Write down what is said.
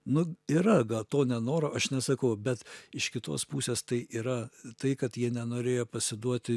nu yra gal to nenoro aš nesakau bet iš kitos pusės tai yra tai kad jie nenorėjo pasiduoti